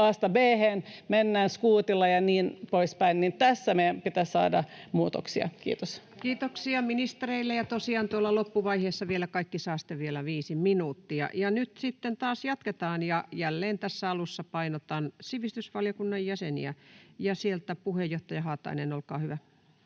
B, mennään skuutilla ja niin poispäin, meidän pitäisi saada muutoksia. — Kiitos. Kiitoksia ministereille. — Ja tosiaan loppuvaiheessa kaikki saavat vielä viisi minuuttia. Nyt taas jatketaan, ja jälleen tässä alussa painotan sivistysvaliokunnan jäseniä. — Ja sieltä puheenjohtaja Haatainen, olkaa hyvä.